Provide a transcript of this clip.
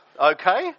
okay